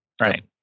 right